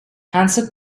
hansen